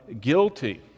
guilty